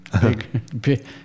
big